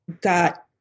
got